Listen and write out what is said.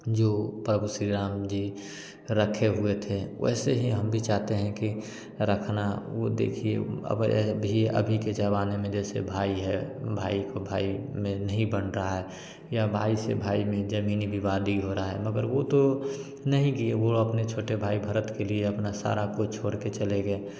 जो प्रभु श्री राम जी रखे हुए थे वैसे ही हम भी चाहते हैं कि रखना वो देखिए अभी अभी के जमाने में जैसे भाई है भाई को भाई में नहीं बन रहा है या भाई से भाई में जमीनी विवाद भी हो रहा है मगर वो तो नहीं किए वो अपने छोटे भाई भरत के लिए अपना सारा कुछ छोड़ कर चले गए